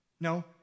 No